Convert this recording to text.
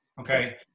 Okay